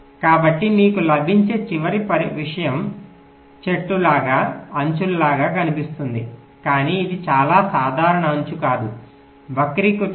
కాబట్టి మీకు లభించే చివరి విషయం చెట్టులాగా అంచులాగా కనిపిస్తుంది కానీ ఇది చాలా సాధారణ అంచు కాదు వక్రీకృత అంచు